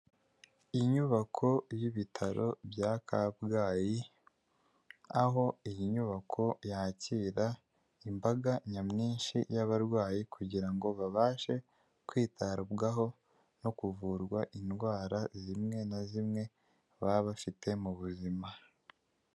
Inyubako y'ibitaro bya kabgayi aho iyi nyubako yakira imbaga nyamwinshi y'abarwayi kugira ngo babashe kwitabwaho no kuvurwa indwara zimwe na zimwe baba bafite mu buzima.